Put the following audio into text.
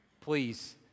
please